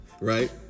right